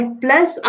plus